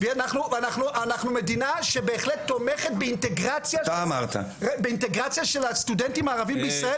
ואנחנו מדינה שבהחלט תומכת באינטגרציה של הסטודנטים הערבים בישראל,